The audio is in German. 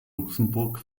luxemburg